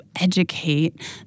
educate